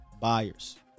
buyers